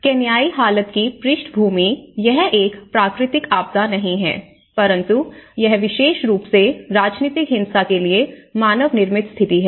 केन्याई हालत की पृष्ठभूमि यह एक प्राकृतिक आपदा नहीं है परंतु यह विशेष रूप से राजनीतिक हिंसा के लिए मानव निर्मित स्थिति है